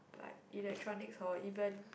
like electronic hor even